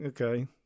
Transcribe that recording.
Okay